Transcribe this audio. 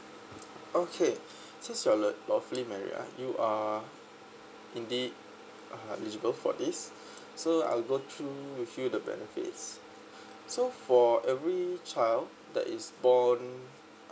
okay since you're lawfully married ah you are indeed uh eligible for this so I'll go through with you the benefits so for every child that is born